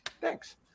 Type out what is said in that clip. thanks